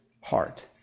heart